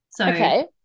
Okay